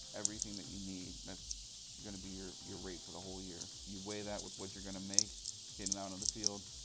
everything that you need that's gonna be your your rate for the whole year. you weigh that with what you're gonna make getting out on the field,